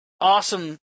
awesome